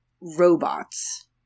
robots